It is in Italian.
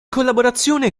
collaborazione